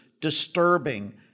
disturbing